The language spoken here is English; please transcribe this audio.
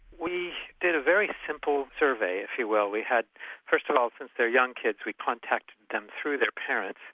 we did a very simple survey, if you will. we had first of all since they're young kids, we contacted them through their parents,